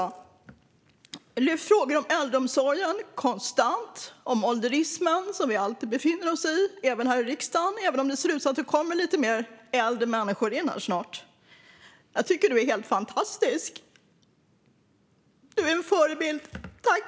Hon har konstant lyft frågor om äldreomsorgen och om ålderismen, som vi alltid befinner oss i, också här i riksdagen, även om det ser ut som om det kommer in lite mer äldre människor här snart. Jag tycker att du är helt fantastisk, Barbro! Du är en förebild. Tack!